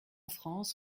france